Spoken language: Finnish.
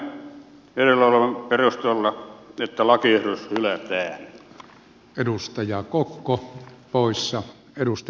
ehdotamme edellä olevan perusteella että lakiehdotus hylätään